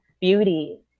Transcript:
beauty